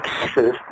cases